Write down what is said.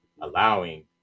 allowing